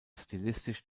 stilistisch